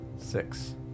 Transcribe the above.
Six